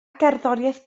gerddoriaeth